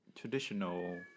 traditional